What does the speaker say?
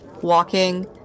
walking